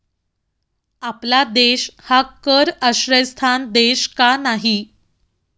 आपला देश हा कर आश्रयस्थान देश का नाही?